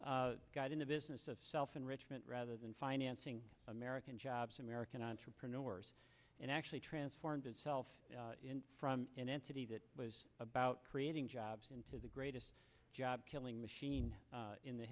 itself got in the business of self enrichment rather than financing american jobs american entrepreneurs and actually transformed itself from an entity that was about creating jobs into the greatest job killing machine in the